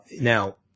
Now